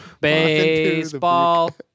baseball